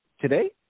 today